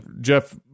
Jeff